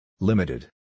Limited